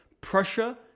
Prussia